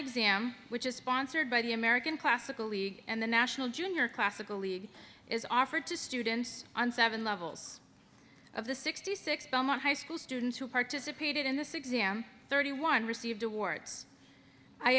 exam which is sponsored by the american classical league and the national junior classical league is offered to students on seven levels of the sixty six belmont high school students who participated in this exam thirty one received awards i